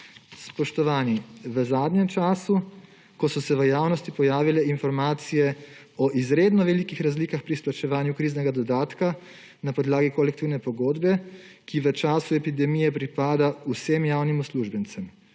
Spoštovani, v zadnjem času, ko so se v javnosti pojavile informacije o izredno velikih razlikah pri izplačevanju kriznega dodatka na podlagi kolektivne pogodbe, ki v času epidemije pripada vsem javnim uslužbencem,